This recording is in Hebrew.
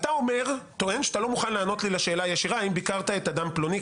לא מוכן לענות לי על השאלה הישירה האם ביקרת את אדם פלוני,